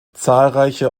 zahlreiche